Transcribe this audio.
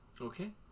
Okay